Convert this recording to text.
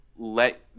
let